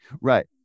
Right